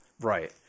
Right